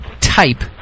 type